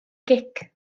gic